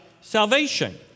salvation